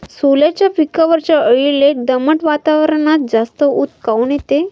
सोल्याच्या पिकावरच्या अळीले दमट वातावरनात जास्त ऊत काऊन येते?